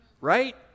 right